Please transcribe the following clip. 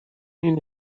این